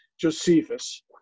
Josephus